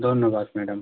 ধন্যবাদ ম্যাডাম